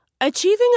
Achieving